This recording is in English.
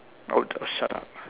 oh uh shut up